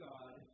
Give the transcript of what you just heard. God